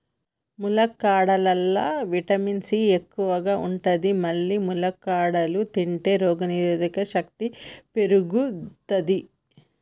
ములక్కాడలల్లా vitamin C ఎక్కువ ఉంటది మల్లి ములక్కాడలు తింటే రోగనిరోధక శక్తి పెరుగుతది